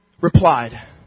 replied